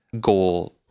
goal